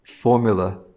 formula